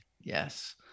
Yes